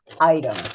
item